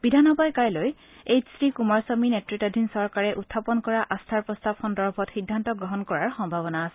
বিধানসভাই কাইলৈ H D Kumaraswamy নেতৃতাধীন চৰকাৰে উখাপন কৰা আস্থাৰ প্ৰস্তাৱ সন্দৰ্ভত সিদ্ধান্ত গ্ৰহণ কৰাৰ সম্ভাৱনা আছে